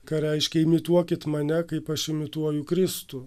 ką reiškia imituokit mane kaip aš imituoju kristų